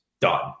done